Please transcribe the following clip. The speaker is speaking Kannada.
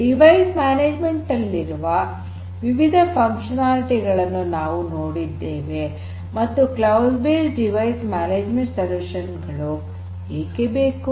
ಸಾಧನ ನಿರ್ವಹಣೆಯಲ್ಲಿರುವ ವಿವಿಧ ಕ್ರಿಯಾತ್ಮಕತೆಗಳನ್ನು ನಾವು ನೋಡಿದ್ದೇವೆ ಮತ್ತು ಕ್ಲೌಡ್ ಬೇಸ್ಡ್ ಡಿವೈಸ್ ಮ್ಯಾನೇಜ್ಮೆಂಟ್ ಪರಿಹಾರ ಏಕೆ ಬೇಕು